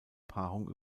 paarung